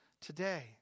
today